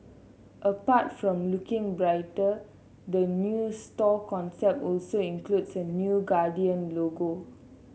apart from looking brighter the new store concept also includes a new Guardian logo